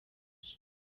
waje